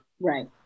right